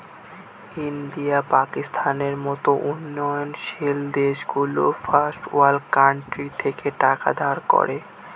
India, পাকিস্তানের মত উন্নয়নশীল দেশগুলো ফার্স্ট ওয়ার্ল্ড কান্ট্রি থেকে টাকা ধার করে